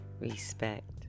respect